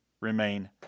remain